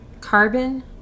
Carbon